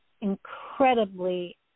incredibly